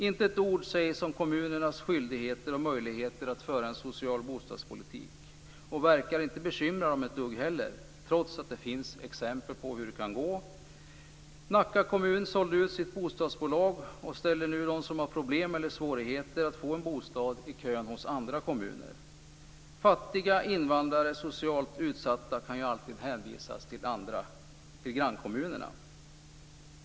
Inte ett ord sägs om kommunernas skyldigheter och möjligheter att föra en social bostadspolitik, och det verkar inte heller bekymra dem ett dugg - trots att det finns exempel på hur det kan gå. Nacka kommun sålde ut sitt bostadsbolag, och ställer nu dem som har problem eller svårigheter att få en bostad i kö hos andra kommuner. Fattiga, invandrare och socialt utsatta kan alltid hänvisas till grannkommunerna.